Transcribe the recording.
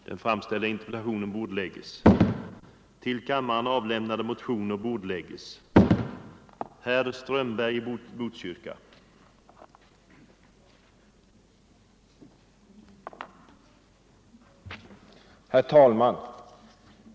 Herr talman!